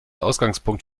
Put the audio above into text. ausgangspunkt